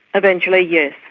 eventually, yes,